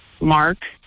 mark